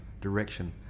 direction